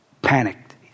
panicked